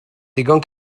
ddigon